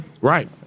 Right